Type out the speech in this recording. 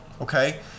Okay